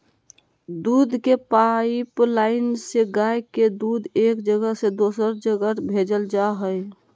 दूध के पाइपलाइन से गाय के दूध एक जगह से दोसर जगह भेजल जा हइ